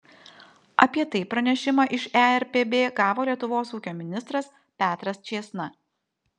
apie tai pranešimą iš erpb gavo lietuvos ūkio ministras petras čėsna